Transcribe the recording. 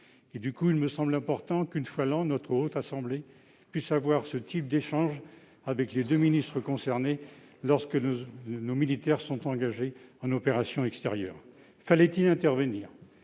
Il me semble important qu'une fois l'an la Haute Assemblée puisse mener un tel débat avec les deux ministres concernés, lorsque nos militaires sont engagés en opération extérieure. Fallait-il intervenir ?